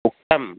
उक्तम्